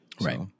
Right